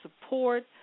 support